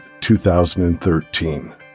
2013